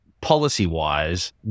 policy-wise